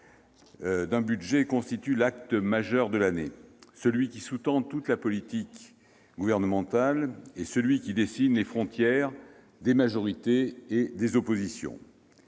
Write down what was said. d'un budget constituent l'acte majeur de l'année, celui qui sous-tend toute la politique gouvernementale et dessine les frontières des majorités et des oppositions.